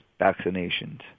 vaccinations